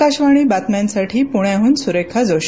आकाशवाणी बातम्यांसाठी पुण्याहन सुरेखा जोशी